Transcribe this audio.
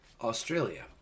Australia